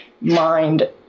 mind